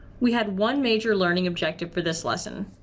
we had one major learning objective for this lesson.